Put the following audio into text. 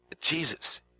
Jesus